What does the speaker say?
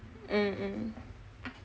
mm mm